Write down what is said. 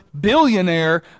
billionaire